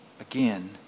again